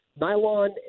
nylon